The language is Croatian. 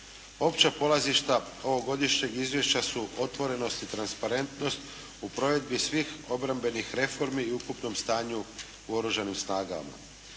Opća polazišta ovogodišnjeg izvješća su otvorenost i transparentnost u provedbi svih obrambenih reformi i ukupnom stanju u Oružanim snagama.